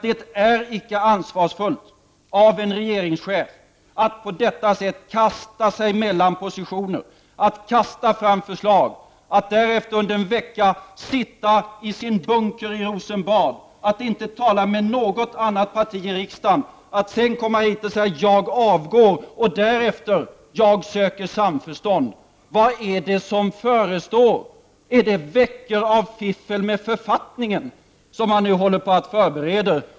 Det är icke ansvarsfullt av en regeringschef att på detta sätt kasta sig mellan positioner, att kasta fram förslag och att därefter under en vecka sitta i sin bunker i Rosenbad och inte tala med något annat parti i riksdagen. Sedan kommer han hit och säger: ”Jag avgår” och därefter ”jag söker samförstånd”. Vad är det som förestår? Är det veckor av fiffel med författningen som han nu håller på att förbereda?